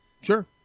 Sure